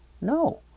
No